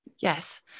Yes